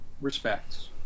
respects